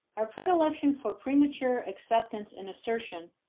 our predilection for premature acceptance and assertion,